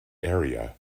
area